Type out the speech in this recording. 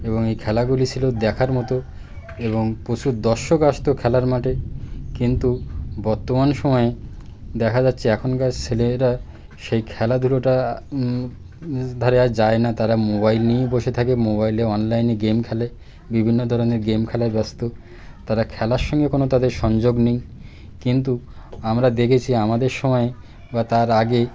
এবং এই খেলাগুলি ছিল দেখার মতো এবং প্রচুর দর্শক আসত খেলার মাঠে কিন্তু বর্তমান সময়ে দেখা যাচ্ছে এখনকার ছেলেরা সেই খেলাধুলোটা ধারে আর যায় না তারা মোবাইল নিয়েই বসে থাকে মোবাইলে অনলাইনে গেম খেলে বিভিন্ন ধরনের গেম খেলায় ব্যস্ত তারা খেলার সঙ্গে কোনো তাদের সংযোগ নেই কিন্তু আমরা দেখেছি আমাদের সময়ে বা তার আগে